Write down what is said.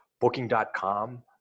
Booking.com